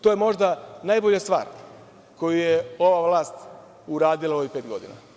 To je možda najbolja stvar koju je ova vlast uradila u ovih pet godina.